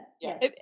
Yes